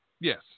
Yes